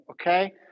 okay